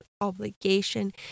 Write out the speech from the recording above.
obligation